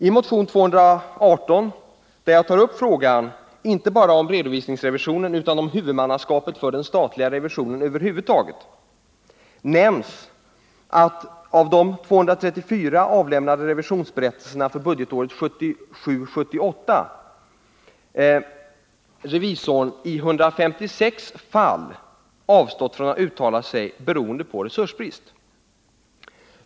I motion 218, där jag tar upp frågan inte bara om redovisningsrevisionen utan om huvudmannaskapen för den statliga revisionen över huvud taget, nämns att av 234 avlämnade revisionsberättelser för budgetåret 1977/78 revisorn i 156 fall avstått från att uttala sig, beroende på resursbrist.